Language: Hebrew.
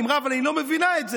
היא אמרה: אבל אני לא מבינה את זה.